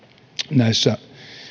näissä